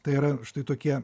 tai yra štai tokie